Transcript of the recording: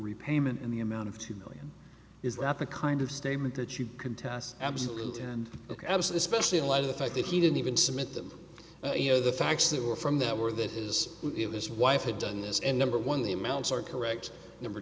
repayment in the amount of two million is rather kind of statement that you can tell us absolute and absolute specially in light of the fact that he didn't even submit them you know the facts that were from that were that is his wife had done this and number one the amounts are correct number